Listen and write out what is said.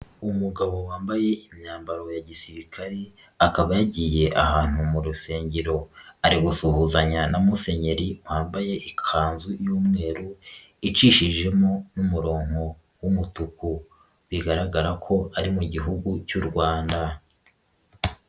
Umugabo wambaye imyambaro ya gisirikare akaba yagiye ahantu mu rusengero, ari gusuhuzanya na musenyeri wambaye ikanzu y'umweru icishijemo n'umuronko w'umutuku bigaragara ko ari mu Gihugu cy'u Rwanda.